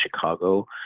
Chicago